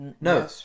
No